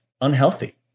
unhealthy